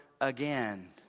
again